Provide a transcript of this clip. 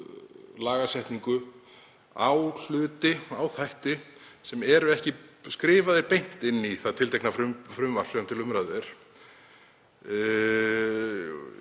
lagasetningar á þætti sem eru ekki skrifaðir beint inn í það tiltekna frumvarp sem til umræðu